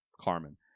Carmen